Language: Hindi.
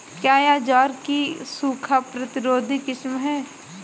क्या यह ज्वार की सूखा प्रतिरोधी किस्म है?